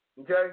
okay